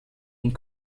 und